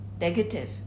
negative